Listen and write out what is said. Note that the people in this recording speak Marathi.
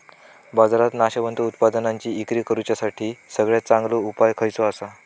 बाजारात नाशवंत उत्पादनांची इक्री करुच्यासाठी सगळ्यात चांगलो उपाय खयचो आसा?